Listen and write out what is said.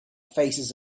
faces